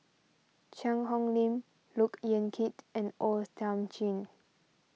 Cheang Hong Lim Look Yan Kit and O Thiam Chin